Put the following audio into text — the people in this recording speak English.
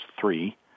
three